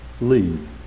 leave